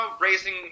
raising